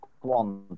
one